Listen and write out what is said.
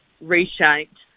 reshaped